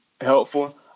helpful